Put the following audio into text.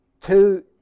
Two